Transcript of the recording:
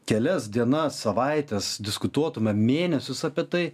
kelias dienas savaites diskutuotume mėnesius apie tai